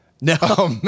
No